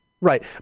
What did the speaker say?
Right